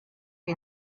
que